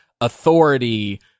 authority